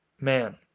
Man